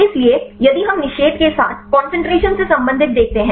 इसलिए यदि हम निषेध के साथ कंसंट्रेशन से संबंधित देखते हैं